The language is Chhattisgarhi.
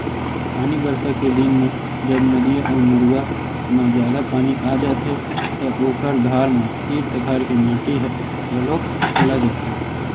पानी बरसा के दिन म जब नदिया अउ नरूवा म जादा पानी आ जाथे त ओखर धार म तीर तखार के माटी ह घलोक खोला जाथे